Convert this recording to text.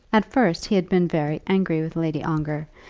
at first he had been very angry with lady ongar,